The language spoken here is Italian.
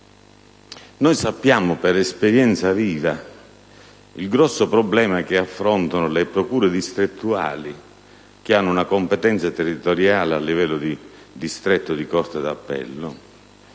Conosciamo per esperienza viva il grande problema delle procure distrettuali che hanno competenza territoriale a livello di distretto di corte d'appello: